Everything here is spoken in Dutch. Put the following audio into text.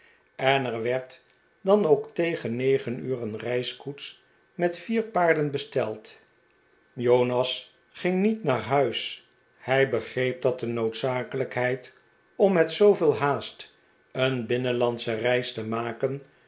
en er werd dan ook tegen negen uur een reiskoets met vier paarden besteld jonas ging niet naar huis hij begreep dat de noodzakelijkheid om met zooveel haast een binnenlandsche reis te maken